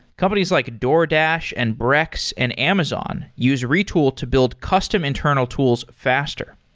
companies like a doordash, and brex, and amazon use retool to build custom internal tools faster.